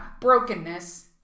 brokenness